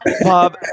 bob